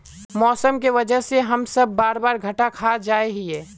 मौसम के वजह से हम सब बार बार घटा खा जाए हीये?